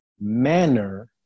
manner